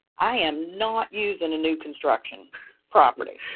i am not using a new construction property.